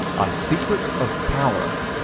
a secret of power